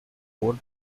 pôr